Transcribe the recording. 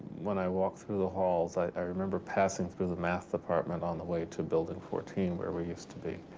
when i walked through the halls, i remember passing through the math department on the way to building fourteen, where we used to be.